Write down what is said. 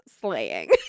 slaying